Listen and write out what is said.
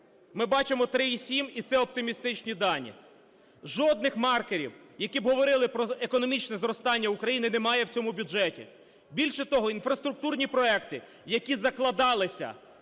Ми бачимо 3,7. І це оптимістичні дані. Жодних маркерів, які б говорили про економічне зростання України немає в цьому бюджеті. Більше того, інфраструктурні проекти, які закладалися